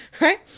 right